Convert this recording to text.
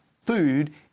food